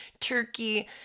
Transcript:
turkey